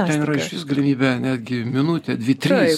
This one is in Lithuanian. ten yra išvis galimybė netgi minutę dvi tris